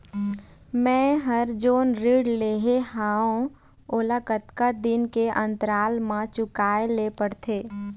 मैं हर जोन ऋण लेहे हाओ ओला कतका दिन के अंतराल मा चुकाए ले पड़ते?